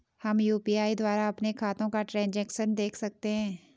हम यु.पी.आई द्वारा अपने खातों का ट्रैन्ज़ैक्शन देख सकते हैं?